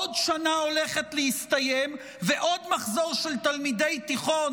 עוד שנה הולכת להסתיים ועוד מחזור של תלמידי תיכון